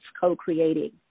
co-creating